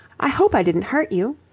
i hope i didn't hurt you.